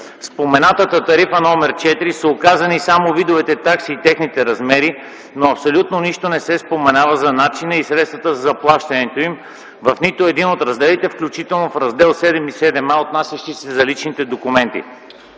В споменатата Тарифа № 4 са указани само видовете такси и техните размери, но не се споменава абсолютно нищо за начина и средствата за плащането им в нито един от разделите, включително в раздели VІІ и VІІа, отнасящи се за личните документи.